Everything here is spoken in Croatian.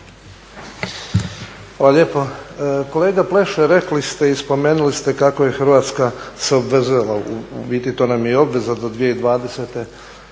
Hvala lijepo. Kolega Pleše rekli ste i spomenuli ste kako je Hrvatska se obvezala, u biti to nam je i obveza, do 2020.